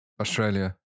Australia